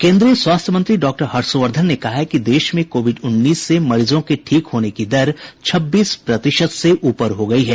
केन्द्रीय स्वास्थ्य मंत्री डॉक्टर हर्षवर्धन कहा है कि देश में कोविड उन्नीस से मरीजों के ठीक होने की दर छब्बीस प्रतिशत से ऊपर हो गई है